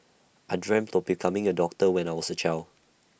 I dreamt of becoming A doctor when I was A child